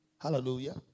hallelujah